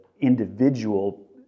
individual